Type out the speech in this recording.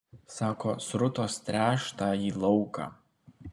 sako srutos tręš tąjį lauką